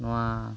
ᱱᱚᱣᱟ